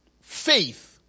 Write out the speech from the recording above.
faith